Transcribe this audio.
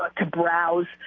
ah to browse,